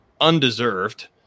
undeserved